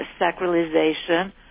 sacralization